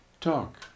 talk